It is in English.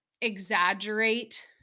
exaggerate